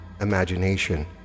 imagination